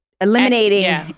eliminating